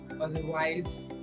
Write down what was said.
Otherwise